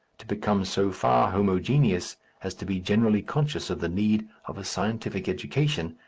to become so far homogeneous as to be generally conscious of the need of a scientific education,